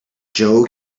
joe